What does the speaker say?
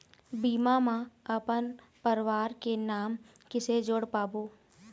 बीमा म अपन परवार के नाम किसे जोड़ पाबो?